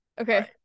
okay